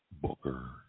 booker